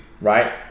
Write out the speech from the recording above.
right